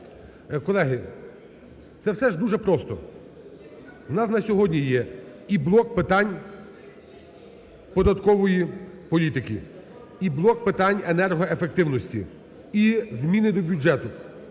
Колеги, це все ж дуже просто. У нас на сьогодні є і блок питань податкової політики, і блок питань енергоефективності, і зміни до бюджету.